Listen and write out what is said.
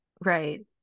Right